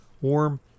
warm